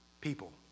people